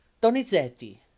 Donizetti